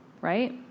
right